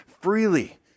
freely